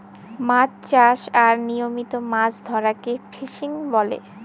মাছ চাষ আর নিয়মিত মাছ ধরাকে ফিসিং বলে